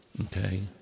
okay